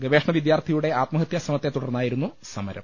ഗവേഷണ വിദ്യാർത്ഥിയുടെ ആത്മഹത്യാശ്രമത്തെ തുടർന്നായിരുന്നു സമരം